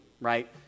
right